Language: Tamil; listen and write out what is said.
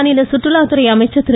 மாநில சுற்றுலாத்துறை அமைச்சர் திரு